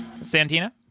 Santina